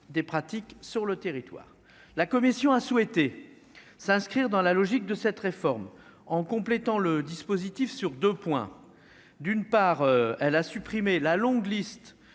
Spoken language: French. des pratiques sur le territoire, la commission a souhaité s'inscrire dans la logique de cette réforme en complétant le dispositif sur 2 points : d'une part, elle a supprimé la longue liste